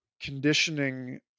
conditioning